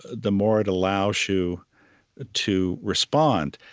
the more it allows you to respond.